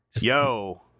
Yo